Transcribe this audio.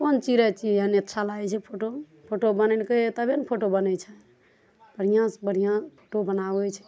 कोन चिड़ै छी एहने अच्छा लागै छै फोटोमे फोटो बनेलकैया तबे ने फोटो बनै छै बढ़िऑं से बढ़िऑं फोटो बनाबै छै